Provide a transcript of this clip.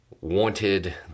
wanted